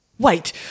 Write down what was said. Wait